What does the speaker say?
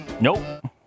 Nope